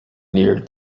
near